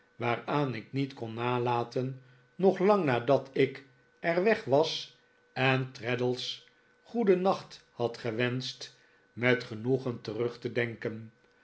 waaraan ik niet kon nalaten nog lang nadat ik er weg was en traddles goedennacht had gewenscht met genoegen terug te denken